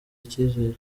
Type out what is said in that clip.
icyizere